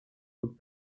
путь